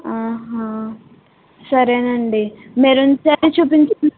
సరేనండి maroon sari చూపించండి